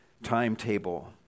timetable